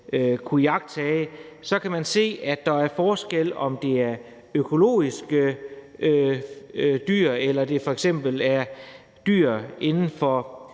kunnet iagttage, at der er forskel på, om det er økologiske dyr, eller om det f.eks. er dyr inden for